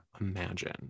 imagine